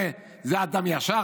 זה אדם ישר?